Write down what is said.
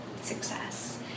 success